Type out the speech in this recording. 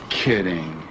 kidding